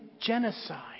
genocide